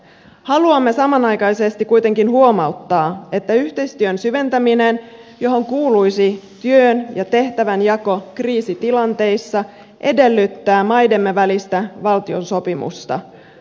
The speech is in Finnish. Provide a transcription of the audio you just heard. haluamme samanaikaisesti kuitenkin huomauttaa että yhteistyön syventäminen johon kuuluisi työn ja tehtävänjako kriisitilanteissa edellyttää maidemme välistä valtiosopimusta